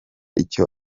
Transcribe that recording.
icyo